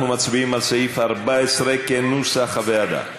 אנחנו מצביעים על סעיף 14 כנוסח הוועדה.